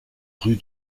rue